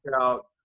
out